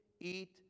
eat